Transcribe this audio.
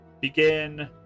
begin